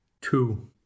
Two